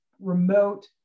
remote